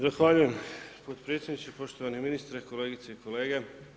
Zahvaljujem potpredsjedniče, poštovani ministre, kolegice i kolege.